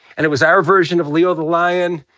and it was our version of leo the lion.